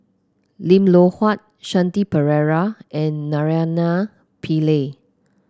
Lim Loh Huat Shanti Pereira and Naraina Pillai